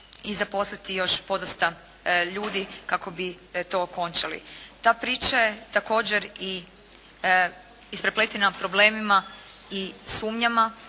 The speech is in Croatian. i zaposliti još podosta ljudi kako bi to okončali. Ta priča je također i isprepletena problemima i sumnjama